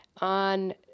on